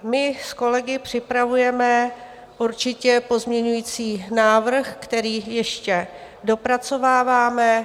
My s kolegy připravujeme určitě pozměňovací návrh, který ještě dopracováváme.